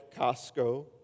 Costco